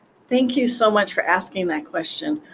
thank you so much for asking that question.